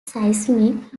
seismic